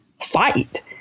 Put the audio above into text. fight